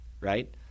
right